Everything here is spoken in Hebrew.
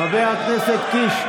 חבר הכנסת קיש,